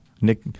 Nick